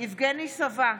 יבגני סובה,